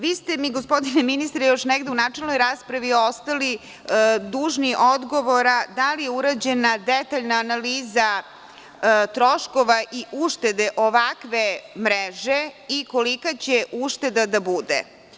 Vi ste mi, gospodine ministre, još negde u načelnoj raspravi ostali dužni odgovora – da li je urađena detaljna analiza troškova i uštede ovakve mreže i kolika će ušteda da bude?